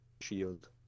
shield